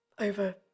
over